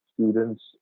students